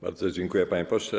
Bardzo dziękuję, panie pośle.